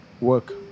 work